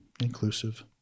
inclusive